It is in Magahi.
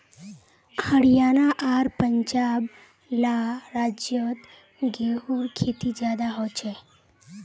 हरयाणा आर पंजाब ला राज्योत गेहूँर खेती ज्यादा होछे